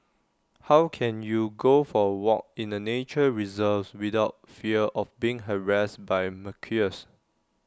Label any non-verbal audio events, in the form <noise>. how can you go for A walk in A nature reserve without fear of being harassed by <unintelligible>